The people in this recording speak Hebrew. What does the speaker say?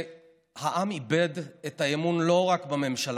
העם איבד את האמון לא רק בממשלה,